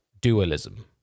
dualism